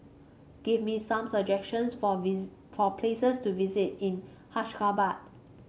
give me some suggestions for place for places to visit in Ashgabat